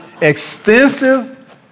extensive